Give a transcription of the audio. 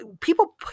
People